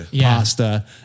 pasta